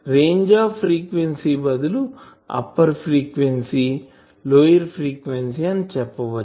range of frequency బదులు upper frequency lower frequency అని చెప్పవచ్చు